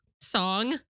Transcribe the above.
Song